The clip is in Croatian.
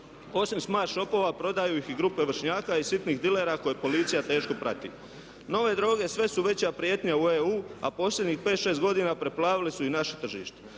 Osim smart shopova prodaju ih i grupe vršnjaka i sitnih dilera koje policija teško prati. Nove droge sve su veća prijetnja u EU, a posljednjih 5, 6 godina preplavile su i naše tržište.